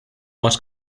much